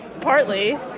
partly